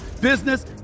business